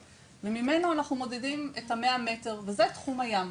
וממנו אנחנו מודדים את ה-100 מטר וזה תחום הים.